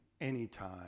anytime